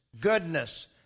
goodness